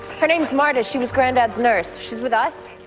her name's marta. she was granddad's nurse. she's with us.